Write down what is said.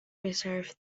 preserve